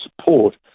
support